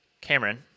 Cameron